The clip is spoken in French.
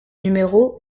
numéro